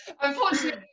unfortunately